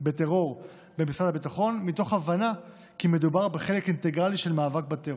בטרור במשרד הביטחון מתוך הבנה כי מדובר בחלק אינטגרלי של המאבק בטרור.